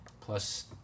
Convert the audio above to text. Plus